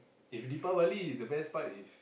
if Deepavali is the best part is